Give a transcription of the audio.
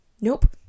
nope